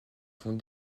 font